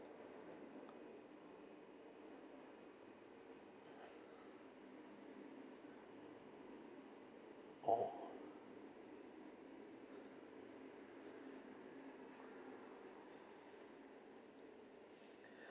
uh